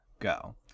go